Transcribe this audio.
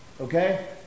Okay